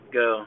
go